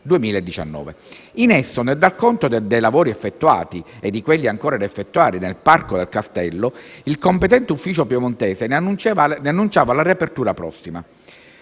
2019. In esso, nel dar conto dei lavori effettuati e di quelli ancora da effettuare nel parco del castello, il competente ufficio piemontese ne annunciava la riapertura prossima,